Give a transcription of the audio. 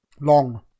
long